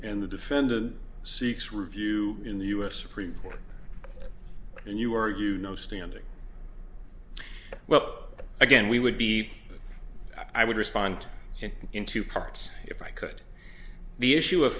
the defendant seeks review in the u s supreme court and you are you know standing well again we would be i would respond in two parts if i could the issue of